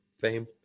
fame